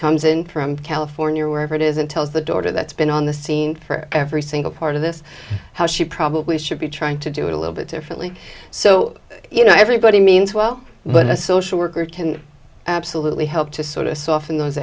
comes in from california or wherever it is and tells the daughter that's been on the scene for every single part of this how she probably should be trying to do it a little bit differently so you know everybody means well but a social worker can absolutely help to sort of soften those